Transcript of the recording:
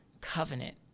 covenant